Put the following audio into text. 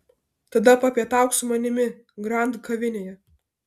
tada papietauk su manimi grand kavinėje